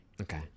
okay